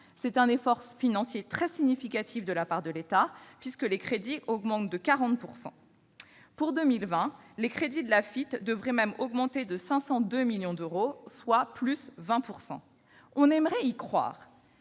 C'est un effort financier très significatif de la part de l'État, puisque les crédits augmentent de 40 %. Pour 2020, les crédits de l'Afitf devraient augmenter de 502 millions d'euros, soit de 20,2 %. On aimerait y croire,